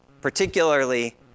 particularly